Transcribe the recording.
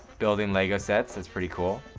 building lego sets that's pretty cool.